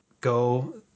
go